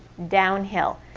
downhill.